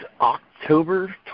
October